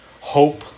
hope